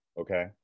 Okay